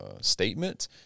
statement